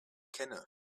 kenne